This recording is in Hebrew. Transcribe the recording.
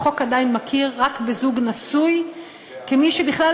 החוק עדיין מכיר רק זוג נשוי כמי שבכלל